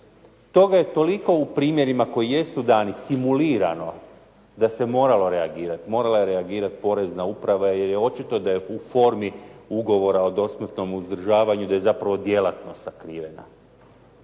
Toga je toliko u primjeri koji jesu dani simulirano da se moralo reagirati. Morala je reagirati porezna uprava jer je očito da je u formi ugovora o dosmrtnom uzdržavanju, da je zapravo djelatnost sakrivena.